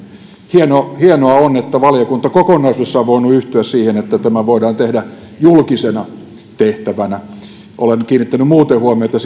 hienoa hienoa on että valiokunta kokonaisuudessaan on voinut yhtyä siihen että tämä voidaan tehdä julkisena tehtävänä olen kiinnittänyt muuten huomiota